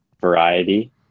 variety